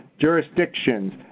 jurisdictions